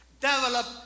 develop